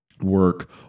work